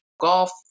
Golf